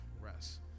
rest